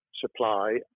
supply